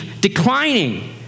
declining